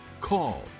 call